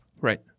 Right